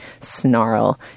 snarl